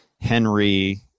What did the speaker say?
Henry